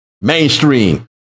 mainstream